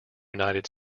united